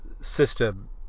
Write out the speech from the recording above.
system